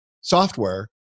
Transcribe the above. software